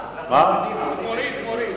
מוריד.